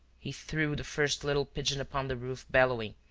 he threw the first little pigeon upon the roof bellowing,